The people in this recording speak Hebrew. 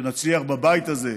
שנצליח בבית הזה,